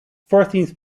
fourteenth